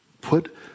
Put